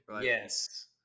Yes